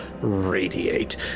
radiate